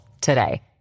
today